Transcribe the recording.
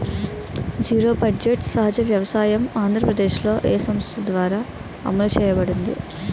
Zero budget సహజ వ్యవసాయం ఆంధ్రప్రదేశ్లో, ఏ సంస్థ ద్వారా అమలు చేయబడింది?